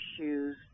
issues